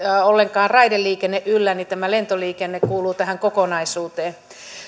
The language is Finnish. ollenkaan raideliikenne yllä tämä lentoliikenne kuuluu tähän kokonaisuuteen